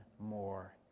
more